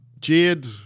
Jade